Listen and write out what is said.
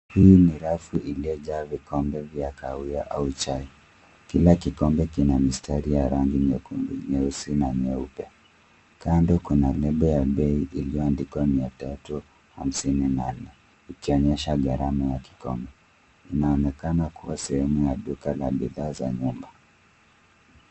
Hii ni rafu iliyo jaa vikombe vya kahawia au chai, kila kikombe kina mistari ya rangi nyekundu nyeusi na nyeupe. Kando kuna lebo ya bei iliyo andikwa mia tatu hamsini na nane ikionyesha garama ya kikombe inaoneka kuwa sehemu ya duka la bidhaa za nyumba.